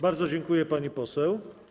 Bardzo dziękuję, pani poseł.